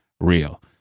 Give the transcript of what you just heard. real